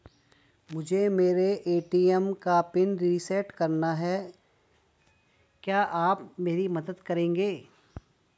मुझे मेरे ए.टी.एम का पिन रीसेट कराना है क्या आप मेरी मदद करेंगे?